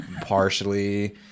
partially